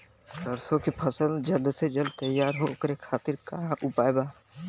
सरसो के फसल जल्द से जल्द तैयार हो ओकरे खातीर का उपाय बा?